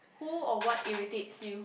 who or what irritates you